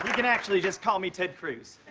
can actually just call me ted cruz.